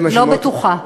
לא בטוחה.